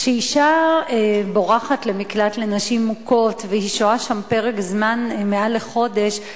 כשאשה בורחת למקלט לנשים מוכות והיא שוהה שם פרק זמן מעל לחודש,